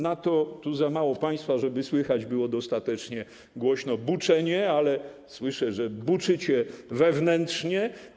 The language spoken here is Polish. Na to tu za mało jest państwa, żeby słychać było dostatecznie głośno buczenie, ale słyszę, że buczycie wewnętrznie.